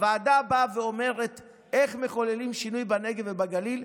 הוועדה באה ואומרת איך מחוללים שינוי בנגב ובגליל: